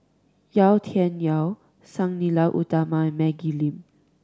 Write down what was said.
Yau Tian Yau Sang Nila Utama and Maggie Lim